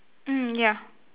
mm ya